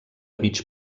mig